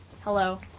Hello